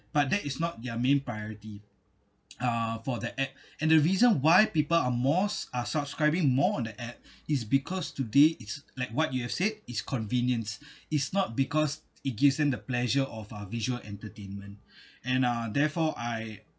but that is not their main priority uh for the app and the reason why people are most are subscribing more on the app is because today it's like what you have said it's convenience it's not because it gives them the pleasure of uh visual entertainment and uh therefore I